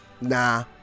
nah